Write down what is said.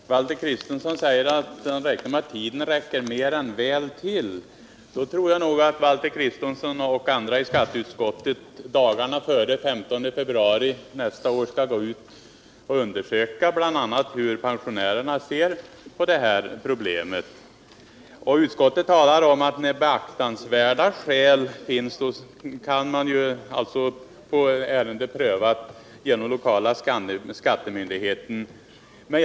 Herr talman! Valter Kristenson säger att han räknar med att deklarationstiden mer än väl räcker till. Jag tycker att Valter Kristenson och andra i skatteutskottet dagarna före den 15 februari nästa år skall gå ut och undersöka hur bl.a. pensionärerna ser på detta. Utskottet talar om att man, då beaktansvärda skäl föreligger, kan få ansökan om anstånd med deklarationens avlämnande prövad genom den lokala skattemyndigheten.